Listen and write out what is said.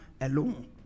alone